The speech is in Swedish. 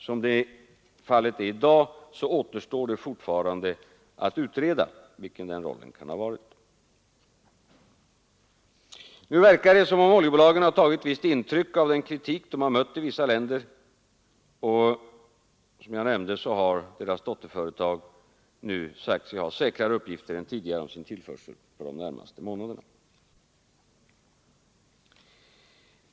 Som fallet är i dag återstår det fortfarande att utreda vilken den rollen kan ha varit. Nu verkar det som om oljebolagen tagit visst intryck av den kritik de mött i vissa länder och deras dotterföretag i vårt land har nu sagt sig ha säkrare uppgifter än tidigare om sin tillförsel för de närmaste månaderna.